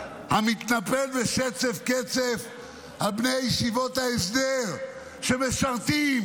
המתנפל בשצף קצף על בני ישיבות ההסדר שמשרתים.